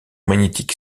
magnétique